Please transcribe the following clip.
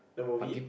the movie